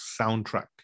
soundtrack